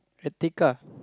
Retica